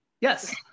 Yes